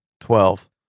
Twelve